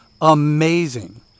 amazing